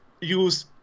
use